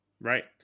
right